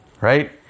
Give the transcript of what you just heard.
Right